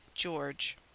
George